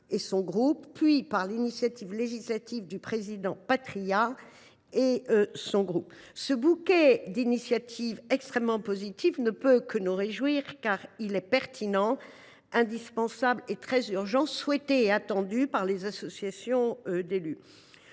et son groupe, puis par l’initiative législative du président François Patriat et du groupe RDPI. Ce bouquet d’initiatives extrêmement positives ne peut que nous réjouir, car il est pertinent, indispensable, et urgent ; il est par ailleurs souhaité et attendu par les associations d’élus.